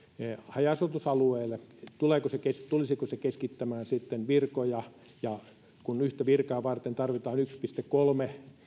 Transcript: haja asutusalueille tulisiko se keskittämään virkoja ja kun yhtä virkaa varten tarvitaan yksi pilkku kolme